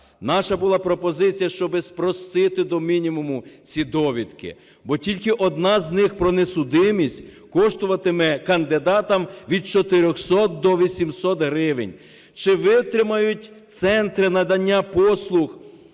Наша була пропозиція, щоб спростити до мінімуму ці довідки, бо тільки одна з них про несудимість коштуватиме кандидатам від 400 до 800 гривень. Чи витримають центри надання послуг